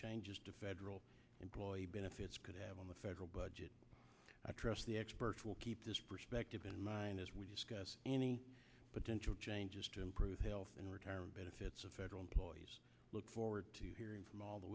changes to federal employee benefits could have on the federal budget i trust the experts will keep this perspective in mind as we discuss any potential changes to improve health and retirement benefits of federal employees look forward to hearing from all the